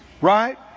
Right